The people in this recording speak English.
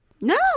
No